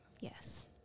Yes